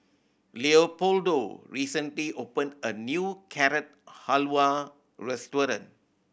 Leopoldo recently opened a new Carrot Halwa restaurant